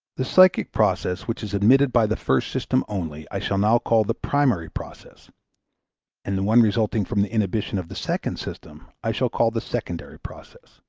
the psychic process which is admitted by the first system only i shall now call the primary process and the one resulting from the inhibition of the second system i shall call the secondary process.